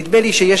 נדמה לי שיש,